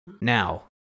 Now